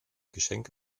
geschenk